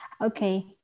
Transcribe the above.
okay